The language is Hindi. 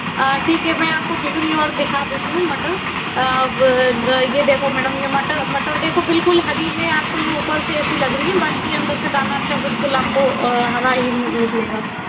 ठीक है मैं आपको दूसरी और दिखा देती हूँ मटर ये देखो मटर मटर देखो बिल्कुल हरी है आपको ऊपर से ये ऐसी लग रही है अंदर से दाना अच्छा आपको हरा ही निकलेगा